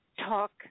talk